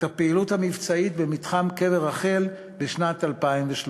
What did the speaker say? בקיצור נמרץ את הפעילות המבצעית במתחם קבר רחל בשנת 2013: